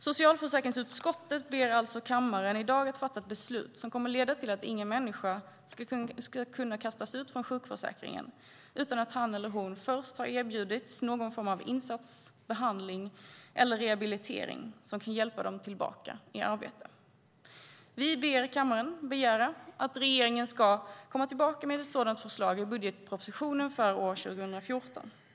Socialförsäkringsutskottet ber alltså kammaren i dag att fatta ett beslut som kommer att leda till att ingen människa ska kunna kastas ut från sjukförsäkringen utan att han eller hon först har erbjudits någon form av insats, behandling eller rehabilitering som kan hjälpa till att komma tillbaka till arbete. Vi ber kammaren begära att regeringen ska komma tillbaka med ett sådant förslag i budgetpropositionen för år 2014.